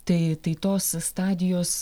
tai tai tos stadijos